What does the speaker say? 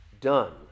done